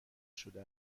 شده